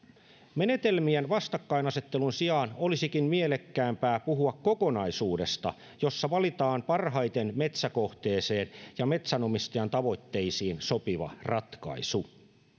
menetelmien vastakkainasettelun sijaan olisikin mielekkäämpää puhua kokonaisuudesta jossa valitaan parhaiten metsäkohteeseen ja metsänomistajan tavoitteisiin sopiva ratkaisu